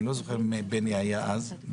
אני לא זוכר אם בני היה אז,